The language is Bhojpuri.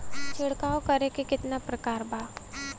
छिड़काव करे वाली क कितना प्रकार बा?